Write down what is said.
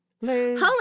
Holy